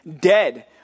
dead